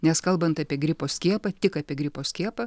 nes kalbant apie gripo skiepą tik apie gripo skiepą